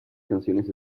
canciones